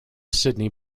sydney